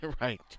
Right